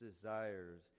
desires